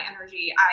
energy